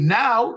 now